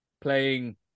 playing